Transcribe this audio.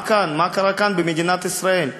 מה קרה כאן, במדינת ישראל?